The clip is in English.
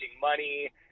money